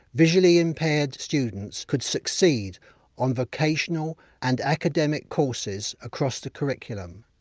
visually impaired students could succeed on vocational and academic courses across the curriculum.